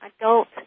adult